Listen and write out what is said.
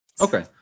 Okay